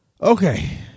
Okay